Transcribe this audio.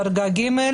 דרגה ג'.